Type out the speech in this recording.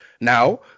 Now